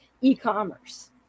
e-commerce